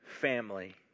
family